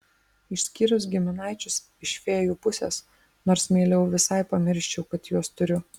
išskyrus giminaičius iš fėjų pusės nors mieliau visai pamirščiau kad juos turiu